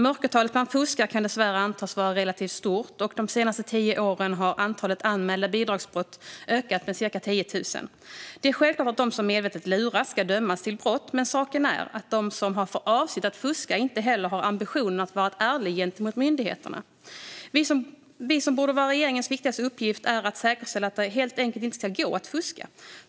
Mörkertalet för fusk kan dessvärre antas vara relativt stort, och de senaste tio åren har antalet anmälda bidragsbrott ökat med ca 10 000. Det är självklart att de som medvetet luras ska dömas för brott, men saken är den att de som har för avsikt att fuska inte har ambitionen att vara ärliga gentemot myndigheterna. Regeringens viktigaste uppgift borde vara att säkerställa att det helt enkelt inte ska gå att fuska.